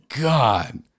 God